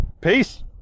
Peace